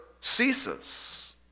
ceases